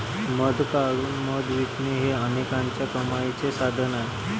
मध काढून मध विकणे हे अनेकांच्या कमाईचे साधन आहे